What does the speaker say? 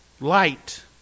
Light